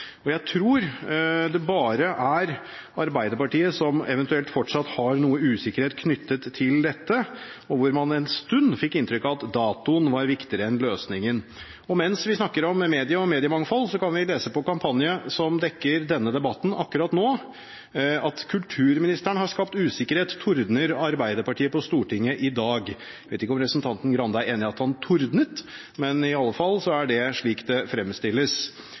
Jeg tror det bare er Arbeiderpartiet som, eventuelt, fortsatt har noe usikkerhet knyttet til dette, og man fikk en stund inntrykk av at datoen var viktigere enn løsningen. Og mens vi snakker om medier og mediemangfold, kan vi lese på Kampanje, som dekker denne debatten akkurat nå: «Kulturministeren har skapt usikkerhet, tordner Arbeiderpartiet på Stortinget i dag.» Jeg vet ikke om representanten Grande er enig i at han tordnet, men i alle fall er det slik det fremstilles.